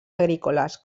agrícoles